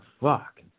fuck